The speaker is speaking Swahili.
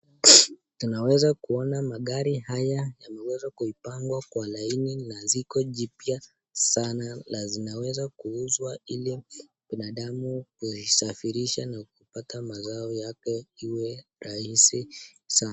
Tunaweza kuona magari haya wakiweza kuwapanga kwa laini, na ziko jipya sana na zinawezwa kuuzwa ili binadamu kuisafirisha na kupata liwe rahisi sana.